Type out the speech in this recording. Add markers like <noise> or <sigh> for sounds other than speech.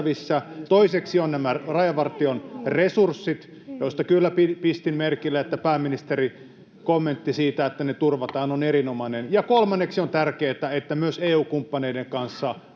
Toiseksi ovat nämä Rajavartion resurssit, joista kyllä pistin merkille pääministerin kommentin siitä, että ne turvataan. <noise> Se on erinomaista. Ja kolmanneksi on tärkeätä, että myös EU-kumppaneiden kanssa